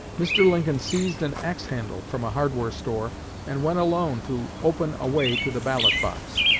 mr. lincoln seized an axe-handle from a hardware store and went alone to open a way to the ballot-box.